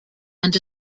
and